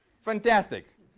Fantastic